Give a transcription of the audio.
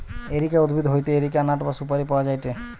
areca উদ্ভিদ হইতে areca nut বা সুপারি পাওয়া যায়টে